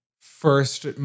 first